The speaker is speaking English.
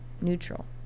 neutral